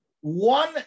one